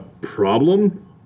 problem